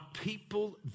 people